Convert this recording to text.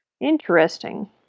Interesting